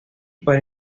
para